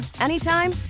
anytime